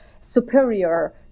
superior